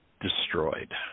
destroyed